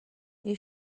you